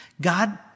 God